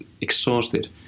exhausted